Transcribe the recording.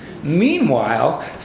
Meanwhile